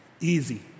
easy